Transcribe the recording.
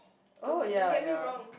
don't don't get me wrong